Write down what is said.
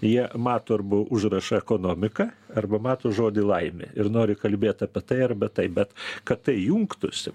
jie mato arba užrašą ekonomika arba mato žodį laimė ir nori kalbėt apie tai arba tai bet kad tai jungtųsi